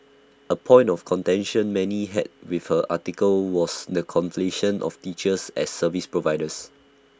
A point of contention many had with her article was the conflation of teachers as service providers